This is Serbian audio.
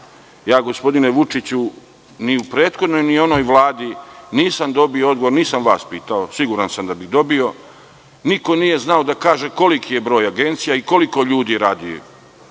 Gospodine Vučiću, ni u prethodnoj ni u onoj Vladi nisam dobio odgovor, a vas nisam pitao, siguran sam da bih dobio, niko nije znao da kaže koliki je broj agencija i koliko ljudi radi u